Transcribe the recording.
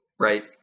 Right